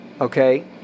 Okay